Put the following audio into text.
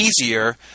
easier